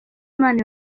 imana